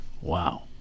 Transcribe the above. Wow